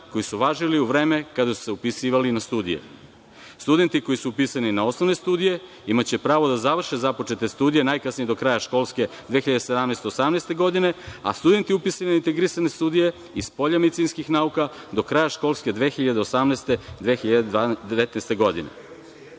koji su važili u vreme kada su se upisivali na studije. Studenti koji su upisani na osnovne studije imaće pravo da završe započete studije najkasnije do kraja školske 2017/2018. godine, a studenti upisani u integrisane studije i polja medicinskih nauka do kraja školske 2018/2019.